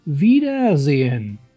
Wiedersehen